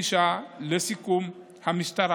לסיכום, המשטרה,